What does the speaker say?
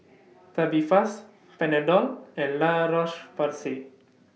Tubifast Panadol and La Roche Porsay